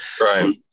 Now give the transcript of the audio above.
Right